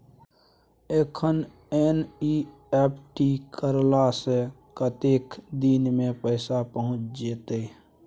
अखन एन.ई.एफ.टी करला से कतेक दिन में पैसा पहुँच जेतै?